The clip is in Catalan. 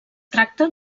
tracta